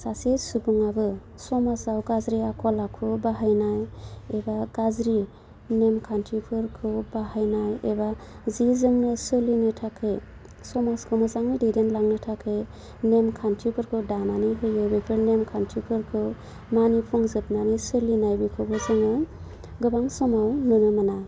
सासे सुबुंआबो समाजाव गाज्रि आखल आखु बाहायनाय एबा गाज्रि नेम खान्थिफोरखौ बाहायनाय एबा जि जोंनो सोलिनो थाखै समाजखौ मोजाङै दैदेनलांनो थाखै नेम खान्थिफोरखौ दानानै होयो बेफोर नेम खान्थिफोरखौ मानिफुंजोबनानै सोलिनाय बेखौबो जोङो गोबां समाव नुनो मोना